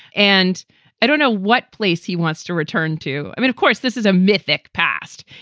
and i don't know what place he wants to return to. i mean, of course, this is a mythic past,